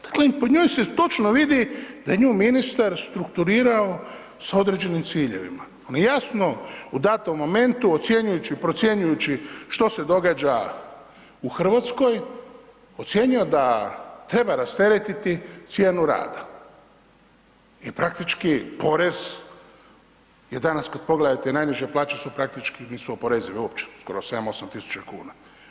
Dakle, i po njoj se točno vidi da je nju ministar strukturirao sa određenim ciljevima, ma jasno u datom momentu ocjenjujući, procjenjujući što se događa u Hrvatskoj, ocijenio da treba rasteretiti cijenu rada i praktički porez, jer danas kad pogledate najniže plaće su praktički nisu oporezive uopće skoro 7, 8.000 kuna.